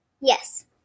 Yes